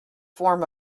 form